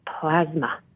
plasma